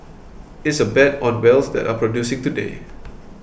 it's a bet on wells that are producing today